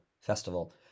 Festival